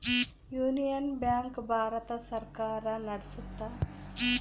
union Bank Bharat ಸರ್ಕಾರ ನಡ್ಸುತ್ತ